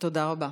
תודה רבה.